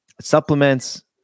Supplements